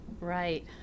Right